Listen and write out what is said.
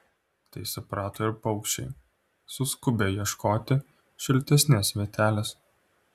tai suprato ir paukščiai suskubę ieškoti šiltesnės vietelės